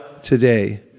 Today